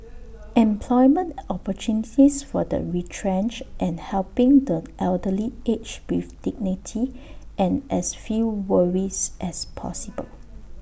employment opportunities for the retrenched and helping the elderly age with dignity and as few worries as possible